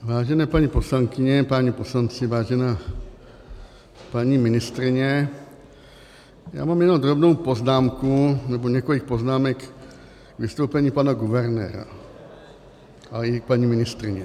Vážené paní poslankyně, páni poslanci, vážená paní ministryně, já mám jenom drobnou poznámku, nebo několik poznámek k vystoupení pana guvernéra, ale i paní ministryně.